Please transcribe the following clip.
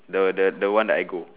the the the one that I go